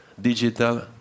digital